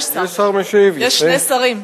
יש שר משיב, יש שני שרים.